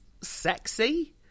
sexy